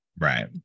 right